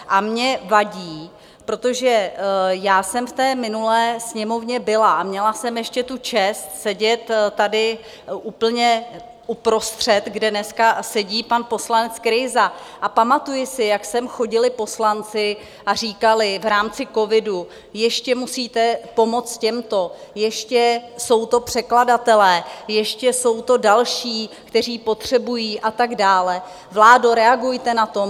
A mně vadí, protože já jsem v minulé Sněmovně byla a měla jsem ještě tu čest sedět tady úplně uprostřed, kde dneska sedí pan poslanec Krejza, a pamatuji si, jak sem chodili poslanci a říkali: V rámci covidu ještě musíte pomoct těmto, ještě jsou to překladatelé, ještě jsou to další, kteří potřebují, a tak dále, vládo, reagujte na to!